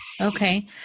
Okay